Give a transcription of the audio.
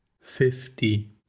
fifty